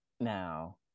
now